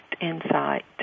insight